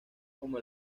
como